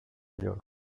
york